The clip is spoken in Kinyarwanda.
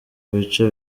bice